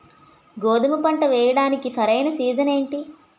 గోధుమపంట వేయడానికి సరైన సీజన్ ఏంటి?